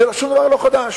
שום דבר לא חדש.